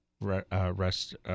rest